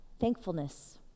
thankfulness